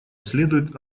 следует